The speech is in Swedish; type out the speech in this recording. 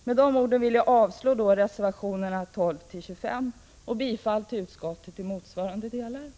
Med de orden vill jag yrka avslag på reservationerna 12-25 och bifall till utskottets hemställan i motsvarande delar. Tack!